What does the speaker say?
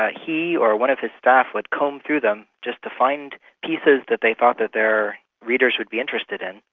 he or one of his staff would comb through them just to find pieces that they thought that their readers would be interested in,